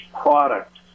product